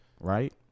right